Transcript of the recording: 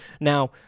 Now